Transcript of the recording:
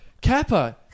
Kappa